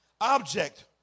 object